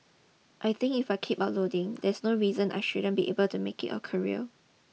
I think if I keep uploading there's no reason I shouldn't be able to make it a career